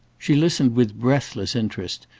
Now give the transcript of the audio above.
she listened with breathless interest,